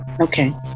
Okay